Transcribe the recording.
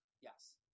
yes